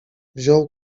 wziął